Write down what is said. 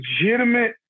legitimate